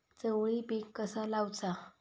चवळी पीक कसा लावचा?